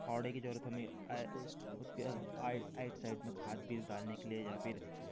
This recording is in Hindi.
फावड़े की ज़रूरत हमें आय उसके साइड में खाद बीज डालने के लिए या फिर